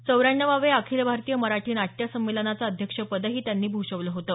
चौऱ्याण्णवाव्या अखिल भारतीय मराठी नाट्य संमेलनाचं अध्यक्षपदही त्यांनी भूषवलं होतं